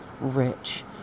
rich